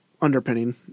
underpinning